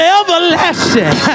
everlasting